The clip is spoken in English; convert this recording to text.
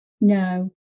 No